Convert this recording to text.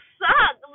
suck